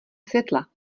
světla